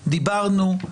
דיברנו,